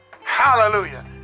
Hallelujah